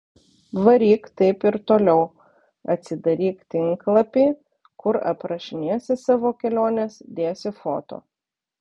varyk taip ir toliau atsidaryk tinklapį kur aprašinėsi savo keliones dėsi foto